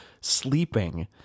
sleeping